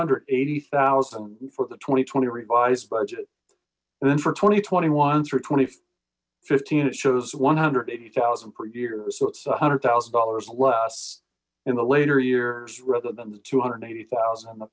hundred eighty thousand for the twenty twenty revised budget and then for twenty twenty one through twenty fifteen it shows one hundred eighty thousand per year so it's one hundred thousand dollars less in the later years rather than the two hundred eighty thousand and the